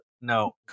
No